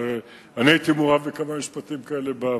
ואני הייתי מעורב בכמה משפטים כאלה בעבר,